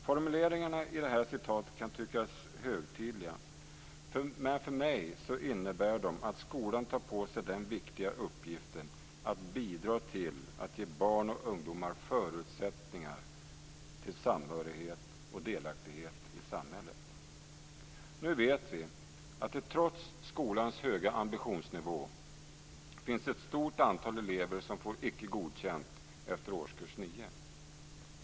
Formuleringarna i det här citatet kan tyckas högtidliga, men för mig innebär de att skolan tar på sig den viktiga uppgiften att bidra till att ge barn och ungdomar förutsättningar till samhörighet och delaktighet i samhället. Nu vet vi att det trots skolans höga ambitionsnivå finns ett stort antal elever som får icke godkänd efter årskurs 9.